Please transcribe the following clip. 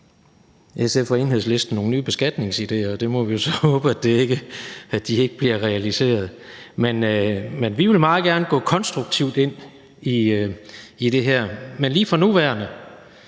SF og Enhedslisten nogle nye beskatningsidéer, men vi må så håbe, at de ikke bliver realiseret. Vi vil meget gerne gå konstruktivt ind i det her, men for nuværende